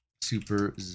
Super